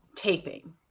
taping